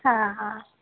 हां हां